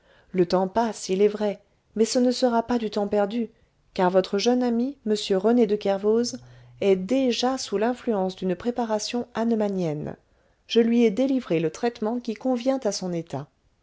le temps passe il est vrai mais ce ne sera pas du temps perdu car votre jeune ami m rené de kervoz est déjà sous l'influence d'une préparation hahnemannienne je lui ai délivré le traitement qui convient à son état